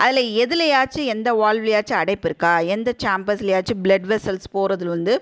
அதில் எதிலயாச்சும் எந்த வால்வுலயாச்சும் அடைப்பு இருக்கா எந்த சேம்பர்ஸ்லயாச்சும் ப்ளட் வெஸல்ஸ் போகிறதுல வந்து